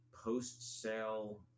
post-sale